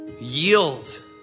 Yield